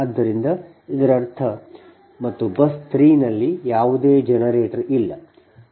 ಆದ್ದರಿಂದ ಇದರರ್ಥ ಮತ್ತು ಬಸ್ 3 ನಲ್ಲಿ ಯಾವುದೇ ಜನರೇಟರ್ ಇಲ್ಲ 2 ನಲ್ಲಿ ಒಂದು ಲೋಡ್ ಇದೆ